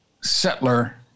settler